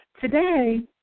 Today